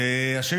אדוני השר,